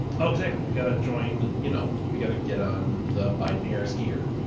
oh, exactly, we gotta join, you know, we gotta get on the biden-harris gear.